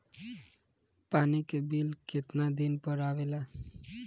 पानी के बिल केतना दिन पर आबे ला?